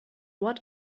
what